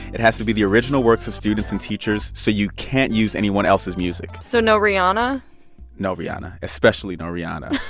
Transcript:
it has to be the original works of students and teachers. so you can't use anyone else's music so no rihanna no rihanna, especially no rihanna.